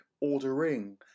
ordering